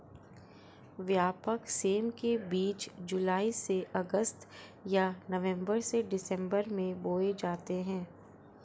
व्यापक सेम के बीज जुलाई से अगस्त या नवंबर से दिसंबर में बोए जाते हैं